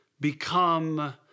become